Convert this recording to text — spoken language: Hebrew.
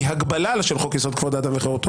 היא הגבלה של חוק-יסוד: כבוד אדם וחירותו,